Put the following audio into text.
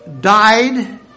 died